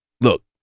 look